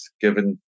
given